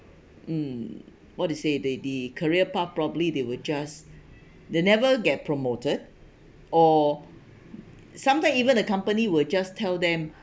mm what to say they the career path probably they would just they never get promoted or sometime even the company will just tell them